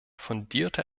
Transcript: fundierte